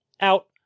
out